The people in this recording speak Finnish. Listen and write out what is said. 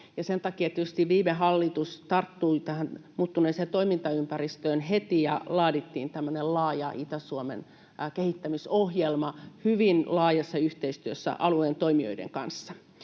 Sen takia tietysti viime hallitus tarttui tähän muuttuneeseen toimintaympäristöön heti, ja laadittiin tämmöinen laaja Itä-Suomen kehittämisohjelma hyvin laajassa yhteistyössä alueen toimijoiden kanssa.